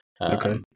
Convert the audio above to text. Okay